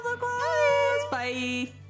bye